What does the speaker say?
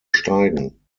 steigen